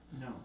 No